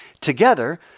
Together